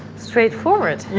straightforward.